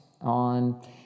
on